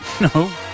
no